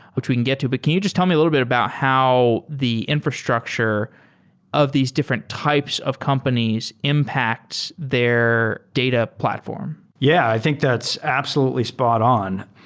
which we can get to. but can you just tell me little bit about how the infrastructure of these different types of companies impacts their data platform. yeah. i think that's absolutely spot on.